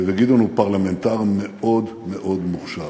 גדעון הוא פרלמנטר מאוד מאוד מוכשר.